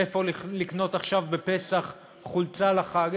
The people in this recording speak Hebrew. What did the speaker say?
איפה לקנות עכשיו, בפסח, חולצה לחג?